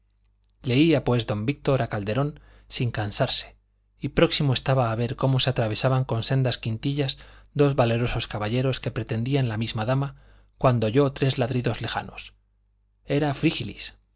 don víctor a calderón sin cansarse y próximo estaba a ver cómo se atravesaban con sendas quintillas dos valerosos caballeros que pretendían la misma dama cuando oyó tres ladridos lejanos era frígilis